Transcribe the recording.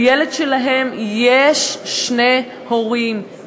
לילד שלהם יש שני הורים,